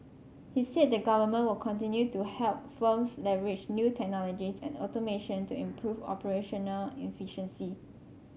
he said the government will continue to help firms leverage new technologies and automation to improve operational efficiency